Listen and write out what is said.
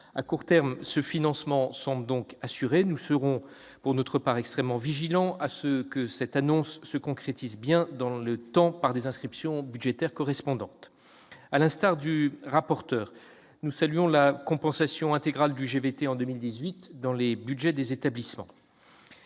À court terme, ce financement semble donc assuré. Nous serons extrêmement vigilants, pour que cette annonce se concrétise bien dans le temps par des inscriptions budgétaires correspondantes. Enfin, à l'instar du rapporteur, nous saluons la compensation intégrale du GVT en 2018 dans les budgets des établissements.